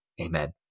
amen